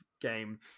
game